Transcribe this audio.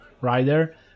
rider